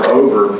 over